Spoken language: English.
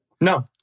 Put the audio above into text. No